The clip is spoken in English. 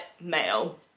male